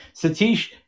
Satish